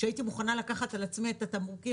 שהייתי מוכנה לקחת על עצמי את התמרוקים